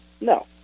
No